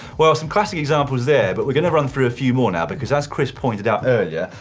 well some classic examples there, but we're going to run through a few more now, because as chris pointed out earlier,